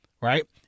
right